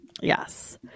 Yes